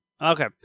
okay